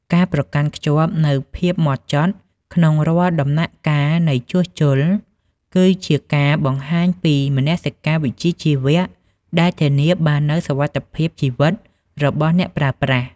ការប្រកាន់ខ្ជាប់នូវភាពហ្មត់ចត់ក្នុងរាល់ដំណាក់កាលនៃជួសជុល គឺជាការបង្ហាញពីមនសិការវិជ្ជាជីវៈដែលធានាបាននូវសុវត្ថិភាពជីវិតរបស់អ្នកប្រើប្រាស់។